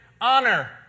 honor